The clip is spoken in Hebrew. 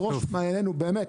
בראש מעייננו, באמת.